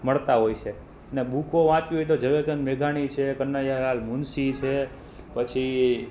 મળતા હોય છે અને બૂકો વાંચવી હોય તો ઝવેરચંદ મેઘાણી છે કનૈયાલાલ મુનશી છે પછી